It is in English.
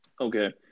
okay